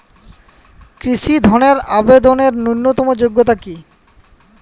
কৃষি ধনের আবেদনের ন্যূনতম যোগ্যতা কী?